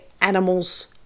animals